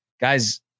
guys